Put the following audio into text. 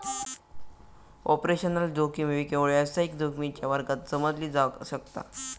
operational जोखीम केवळ व्यावसायिक जोखमीच्या वर्गात समजली जावक शकता